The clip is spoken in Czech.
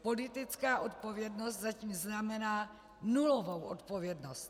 Politická odpovědnost zatím znamená nulovou odpovědnost.